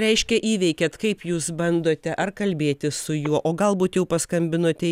reiškia įveikėt kaip jūs bandote ar kalbėtis su juo o galbūt jau paskambinote